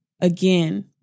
again